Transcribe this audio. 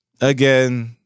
again